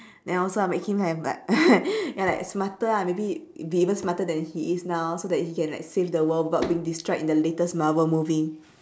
then also I make him have like ya like smarter ah make be even smarter than he is now so that he can like save the world without being destroyed in the latest marvel movie